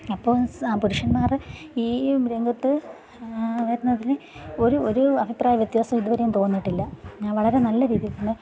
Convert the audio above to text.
അപ്പോൾ പുരുഷന്മാർ ഈ രംഗത്ത് വരുന്നതിന് ഒരു ഒരു അഭിപ്രായവ്യത്യാസവും ഇതുവരെയും തോന്നിയിട്ടില്ല ഞാൻ വളരെ നല്ലരീതിയിൽത്തന്നെ